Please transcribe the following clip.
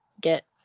get